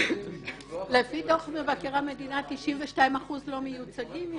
לפי דוח מבקר המדינה, 92% מהחייבים לא מיוצגים,